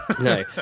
No